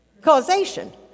Causation